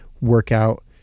workout